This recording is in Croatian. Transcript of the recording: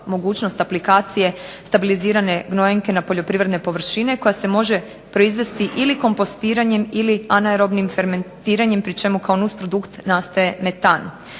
mogućnost aplikacije stabilizirane gnojenke na poljoprivredne površine, koja se može proizvesti ili kompostiranjem ili anaerobnim fermentiranjem, pri čemu kao nusprodukt nastaje metan.